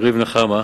יריב נחמה.